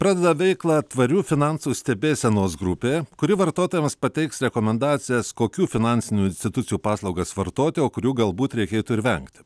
pradeda veiklą tvarių finansų stebėsenos grupė kuri vartotojams pateiks rekomendacijas kokių finansinių institucijų paslaugas vartoti o kurių galbūt reikėtų ir vengti